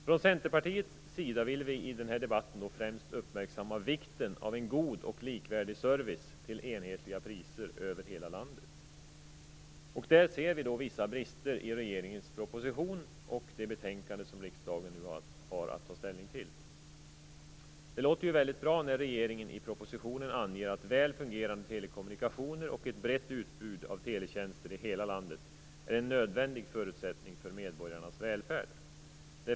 Från Centerpartiets sida vill vi i den här debatten främst fästa uppmärksamheten på vikten av en god och likvärdig service till enhetliga priser över hela landet. Där ser vi vissa brister i regeringens proposition och i det betänkande som riksdagen nu har att ta ställning till. Det som regeringen anger i propositionen låter väldigt bra, nämligen att väl fungerande telekommunikationer och ett brett utbud av teletjänster i hela landet är en nödvändig förutsättning för medborgarnas välfärd.